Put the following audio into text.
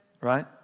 right